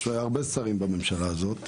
יש הרבה שרים בממשלה הזאת.